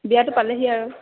বিয়াতো পালেহিয়ে আৰু